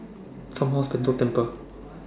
Farmhouse Pentel Tempur